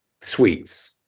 suites